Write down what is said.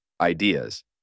Ideas